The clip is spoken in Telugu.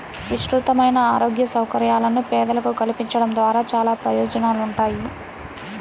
విస్తృతమైన ఆరోగ్య సౌకర్యాలను పేదలకు కల్పించడం ద్వారా చానా ప్రయోజనాలుంటాయి